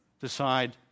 decide